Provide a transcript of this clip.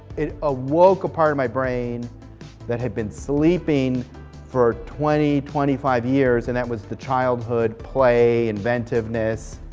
it awoke a part of my brain that had been sleeping for twenty twenty five years and that was the childhood, play, inventiveness.